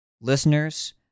Listeners